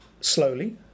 slowly